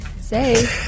say